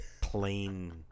plain